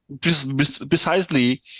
precisely